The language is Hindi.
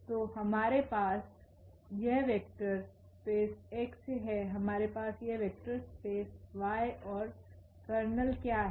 तो हमारे पास यह वेक्टर स्पेस X है हमारे पास यह वेक्टर स्पेस Y है और कर्नेल क्या है